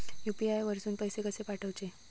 UPI वरसून पैसे कसे पाठवचे?